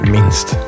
Minst